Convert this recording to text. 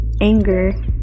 anger